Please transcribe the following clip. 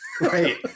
right